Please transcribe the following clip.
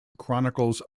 chronicles